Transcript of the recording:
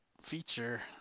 feature